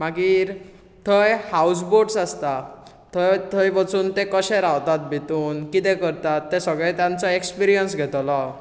मागीर थंय houseboats आसता थंय थंय वचून ते कशे रावतात भितून कितें करतात ते सगळे तांचो एक्सपीरीयन्स घेतलो हांव